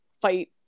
fight